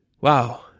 Wow